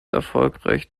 erfolgreich